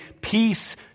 Peace